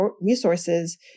resources